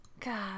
god